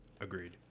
Agreed